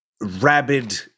rabid